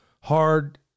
hard